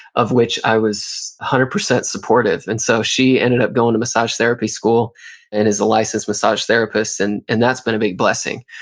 of which i was one hundred percent supportive. and so she ended up going to massage therapy school and is a licensed massage therapist, and and that's been a big blessing.